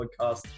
podcast